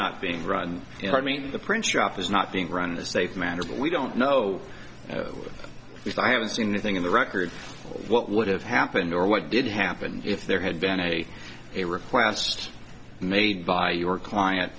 not being run you know i mean the print shop is not being run the safe manner but we don't know if i have seen anything in the record what would have happened or what did happen if there had been a request made by your client